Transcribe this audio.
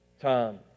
time